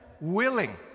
willing